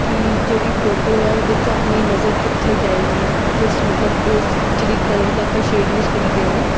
ਕਿ ਜਿਹੜੀ ਫੋਟੋ ਹੈ ਉਹਦੇ 'ਚ ਆਪਣੀ ਨਜ਼ਰ ਕਿੱਥੇ ਜਾਏਗੀ ਕਿਸ ਮਤਲਬ ਉਸ ਜਿਹੜੀ ਕਲਰ ਦੇ ਆਪਾਂ ਸ਼ੇਡ ਯੂਸ ਕਰੀਦੇ ਆ ਨਾ